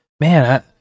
man